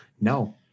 No